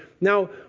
Now